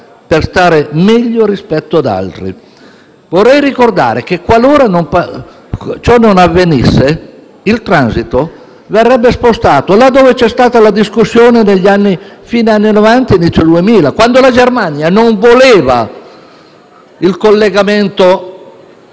per stare meglio rispetto ad altri. Vorrei ricordare che, qualora ciò non avvenisse, il transito verrebbe spostato laddove c'è stata la discussione a fine anni Novanta e inizio anni Duemila, quando la Germania voleva il collegamento